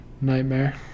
nightmare